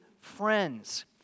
friends